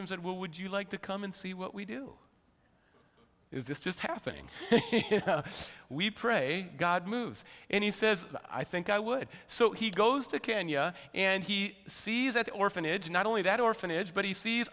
and said would you like to come and see what we do is this just happening so we pray god moves and he says i think i would so he goes to kenya and he sees that orphanage not only that orphanage but he sees